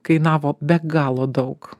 kainavo be galo daug